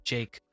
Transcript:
Jake